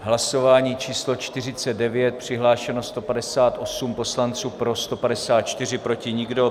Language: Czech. Hlasování číslo 49, přihlášeno 158 poslanců, pro 154, proti nikdo.